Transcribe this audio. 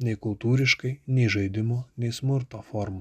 nei kultūriškai nei žaidimo nei smurto forma